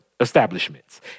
establishments